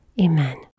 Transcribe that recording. Amen